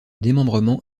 démembrement